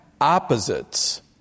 opposites